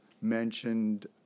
mentioned